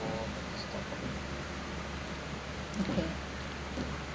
okay